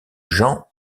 jean